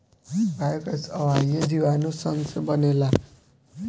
biogas अवायवीय जीवाणु सन से बनेला